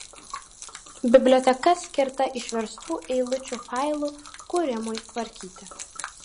biblioteka skirta išverstų eilučių failų kūrimui tvarkyti